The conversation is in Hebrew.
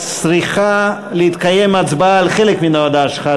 צריכה להתקיים הצבעה על חלק מן ההודעה שלך,